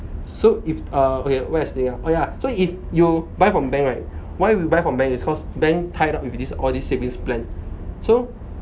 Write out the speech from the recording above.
so if ah okay what I saying ah oh yah so if you buy from bank right why we buy from bank is cause bank tied up with these all these savings plan so